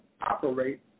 operate